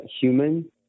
Human